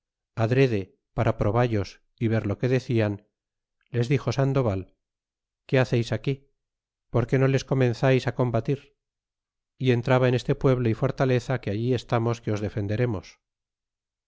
adrede para proballos y ver lo que decian les dixo sandoval qué haceis ahí y por qué no les comenzais combatir y entrada en ese pueblo y fortaleza que aquí estamos que os defenderemos